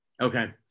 Okay